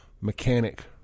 mechanic